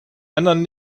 anderen